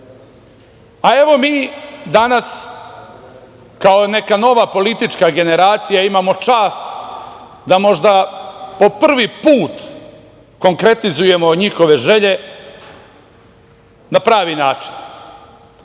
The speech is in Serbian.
frontu. Mi danas kao neka nova politička generacija imamo čast da možda po prvi put konkretizujemo njihove želje na pravi način,